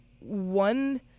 one